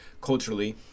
culturally